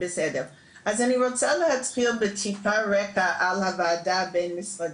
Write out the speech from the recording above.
אני רוצה להתחיל בטיפה רקע על הוועדה הבין משרדית.